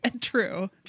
true